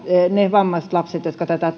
ne vammaiset lapset jotka tätä